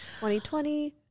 2020